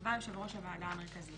שיקבע יושב ראש הוועדה המרכזית.